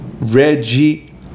Reggie